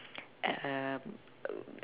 um